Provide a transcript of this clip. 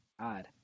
odd